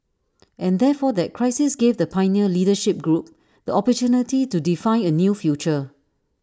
and therefore that crisis gave the pioneer leadership group the opportunity to define A new future